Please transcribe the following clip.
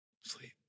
Sleep